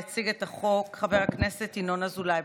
יציג את הצעת החוק חבר הכנסת ינון אזולאי.